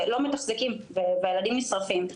לא מתחזקים את הקרם והילדים נשרפים.